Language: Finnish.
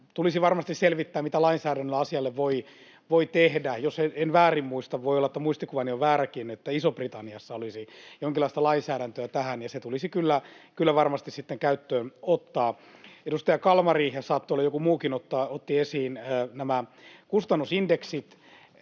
Tulisi varmasti selvittää, mitä lainsäädännöllä asialle voi tehdä. Jos en väärin muista — voi olla, että muistikuvani on vääräkin — Isossa-Britanniassa olisi jonkinlaista lainsäädäntöä tähän, ja se tulisi kyllä varmasti sitten käyttöön ottaa. Edustaja Kalmari — ja saattoi olla joku muukin — otti esiin nämä kustannusindeksit.